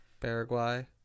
Paraguay